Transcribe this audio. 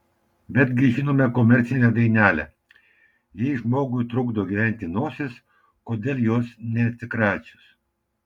betgi žinome komercinę dainelę jei žmogui trukdo gyventi nosis kodėl jos neatsikračius